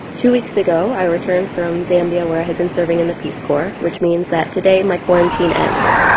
two weeks ago i returned from zambia, where i had been serving in the peace corps, which means that today my quarantine ends.